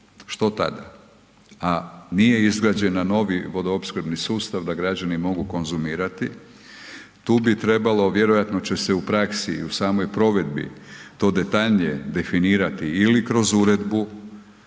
Što tada, a nije izgrađeni novi vodoopskrbni sustav da građani mogu konzumirati. Tu bi trebalo vjerojatno će se u praksi i u samoj provedbi to detaljnije definirati ili kroz uredbu,